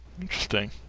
interesting